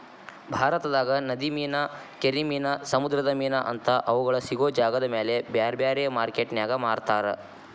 ಭಾರತದಾಗ ನದಿ ಮೇನಾ, ಕೆರಿ ಮೇನಾ, ಸಮುದ್ರದ ಮೇನಾ ಅಂತಾ ಅವುಗಳ ಸಿಗೋ ಜಾಗದಮೇಲೆ ಬ್ಯಾರ್ಬ್ಯಾರೇ ಮಾರ್ಕೆಟಿನ್ಯಾಗ ಮಾರ್ತಾರ